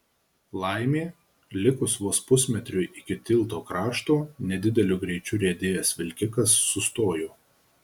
laimė likus vos pusmetriui iki tilto krašto nedideliu greičiu riedėjęs vilkikas sustojo